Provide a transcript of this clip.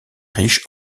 riche